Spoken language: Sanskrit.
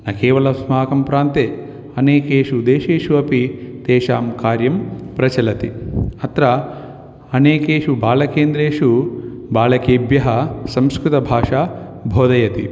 न केवल अस्माकं प्रान्ते अनेकेषु देशेषु अपि तेषां कार्यं प्रचलति अत्र अनेकेषु बालकेन्द्रेषु बालकेभ्यः संस्कृतभाषां बोधयति